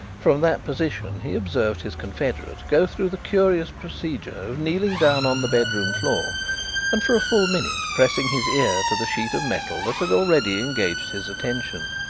from that position he observed his confederate go through the curious procedure of kneeling down on the bedroom floor and for a full minute pressing his ear to the sheet of metal that had already engaged his attention.